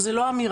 זאת לא האמירה,